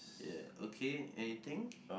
ya okay anything